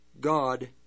God